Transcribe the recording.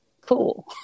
cool